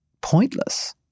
pointless